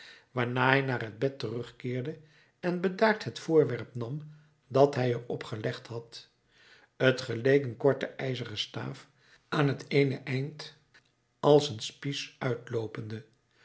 waarna hij naar het bed terugkeerde en bedaard het voorwerp nam dat hij er op gelegd had t geleek een korte ijzeren staaf aan t eene eind als een spies